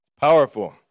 Powerful